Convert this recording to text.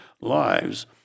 lives